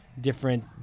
different